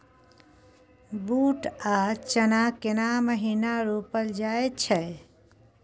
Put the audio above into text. बूट आ चना केना महिना रोपल जाय छै?